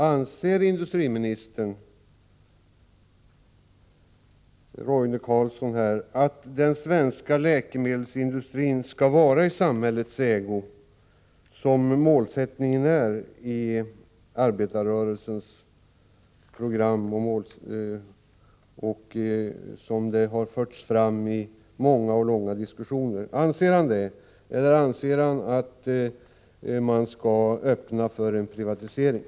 Anser statsrådet Roine Carlsson att den svenska läkemedelsindustrin skall vara i samhällets ägo — som målsättningen är i arbetarrörelsens program och som det har sagts i många och långa diskussioner? Eller anser statsrådet att man skall öppna för en privatisering?